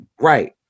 Right